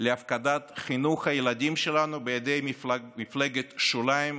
להפקדת חינוך הילדים שלנו בידי מפלגת שוליים